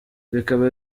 bikaba